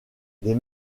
des